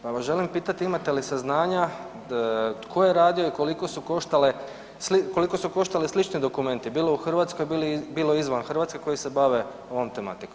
Pa vas želim pitati imate li saznanja tko je radio i koliko su koštali slični dokumenti bilo u Hrvatskoj, bilo izvan Hrvatske koji se bave ovom tematikom.